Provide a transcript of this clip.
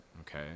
okay